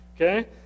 Okay